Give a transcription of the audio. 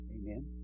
Amen